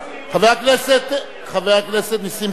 אדוני היושב-ראש, חבר הכנסת נסים זאב,